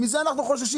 מזה אנחנו חוששים.